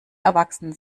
erwachsen